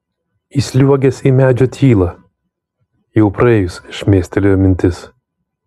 įsliuogęs į medžio tylą jau praėjus šmėstelėjo mintis